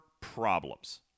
problems